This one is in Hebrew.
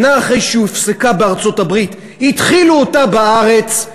שנה אחרי שהיא הופסקה בארצות-הברית התחילו אותה בארץ.